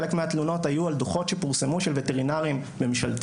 חלק מהתלונות היו על דוחות שפורסמו של וטרינרים ממשלתיים,